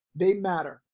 they matter,